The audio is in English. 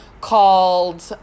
called